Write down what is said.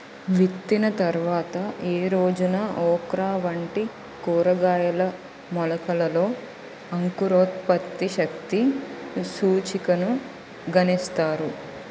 విత్తిన తర్వాత ఏ రోజున ఓక్రా వంటి కూరగాయల మొలకలలో అంకురోత్పత్తి శక్తి సూచికను గణిస్తారు?